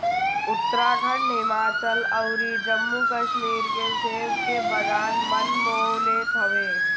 उत्तराखंड, हिमाचल अउरी जम्मू कश्मीर के सेब के बगान मन मोह लेत हवे